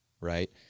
right